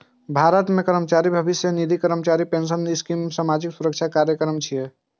भारत मे कर्मचारी भविष्य निधि, कर्मचारी पेंशन स्कीम सामाजिक सुरक्षा कार्यक्रम छियै